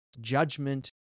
Judgment